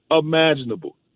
imaginable